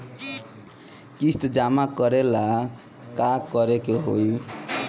किस्त जमा करे ला का करे के होई?